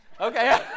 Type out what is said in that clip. Okay